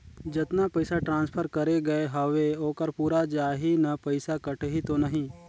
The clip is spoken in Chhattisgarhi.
जतना पइसा ट्रांसफर करे गये हवे ओकर पूरा जाही न पइसा कटही तो नहीं?